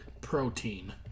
protein